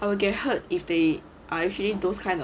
I will get hurt if they are usually those kind of friends who like